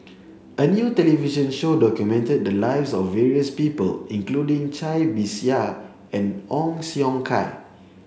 a new television show documented the lives of various people including Cai Bixia and Ong Siong Kai